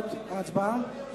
לתוצאות ההצבעה?